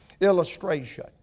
illustration